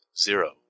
zero